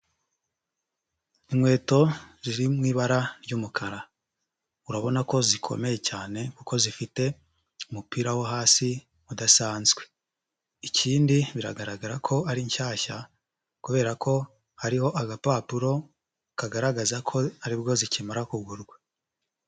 Inkweto ziri mu ibara ry'umukara, urabona ko zikomeye cyane kuko zifite umupira wo hasi, udasanzwe. Ikindi biragaragara ko ari nshyashya kubera ko hariho agapapuro kagaragaza ko aribwo zikimara kugurwa.